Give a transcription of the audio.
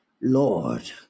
Lord